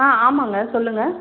ஆ ஆமாங்க சொல்லுங்க